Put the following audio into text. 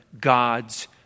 God's